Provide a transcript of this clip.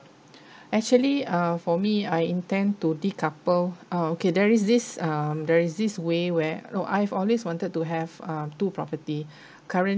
actually uh for me I intend to decouple uh okay there is this um there is this way where no I've always wanted to have uh two property currently